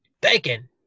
bacon